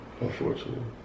Unfortunately